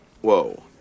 Whoa